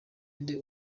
inde